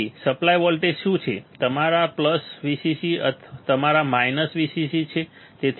તેથી supply voltage શું છે તમારા પ્લસ Vcc તમારા માઇનસ Vcc છે